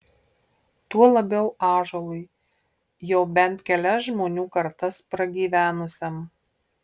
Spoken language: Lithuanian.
tuo labiau ąžuolui jau bent kelias žmonių kartas pragyvenusiam